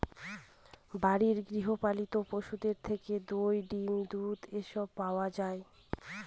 বাড়ির গৃহ পালিত পশুদের থেকে দই, ডিম, দুধ এসব পাওয়া যায়